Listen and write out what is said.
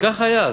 וכך היה.